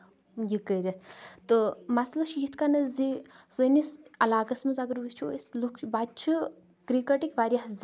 یہِ کٔرِتھ تہٕ مَسلہٕ چھُ یِتھ کٔنٮ۪تھ زِ سٲنِس علاقس منٛز اگر وٕچھو أسۍ لُکھ چھِ بَچہِ چھِ کِرکٹٕکۍ واریاہ زیادٕ